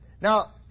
Now